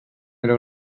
era